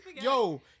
Yo